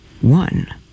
one